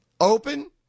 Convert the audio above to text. Open